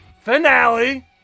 Finale